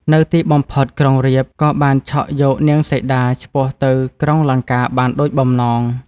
នៅទីបំផុតក្រុងរាពណ៍ ក៏បានឆក់យកនាងសីតាឆ្ពោះទៅក្រុង លង្កាបានដូចបំណង។